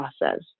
process